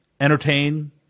entertain